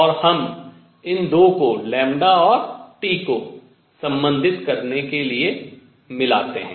और हम इन दो को λ और T को संबंधित करने के लिए मिलाते हैं